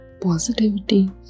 positivity